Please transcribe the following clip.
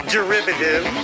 Derivative